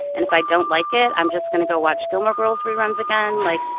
and if i don't like it, i'm just going to go watch gilmore girls reruns again. like,